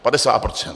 50 %.